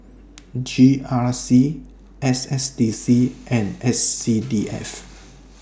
G R C S S D C and S C D F